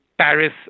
Paris